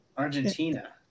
Argentina